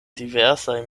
diversaj